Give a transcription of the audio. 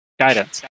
Guidance